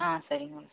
ஆ சரிங்க மேம்